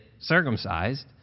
circumcised